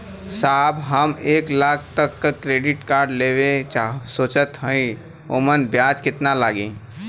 साहब हम एक लाख तक क क्रेडिट कार्ड लेवल सोचत हई ओमन ब्याज कितना लागि?